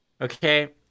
okay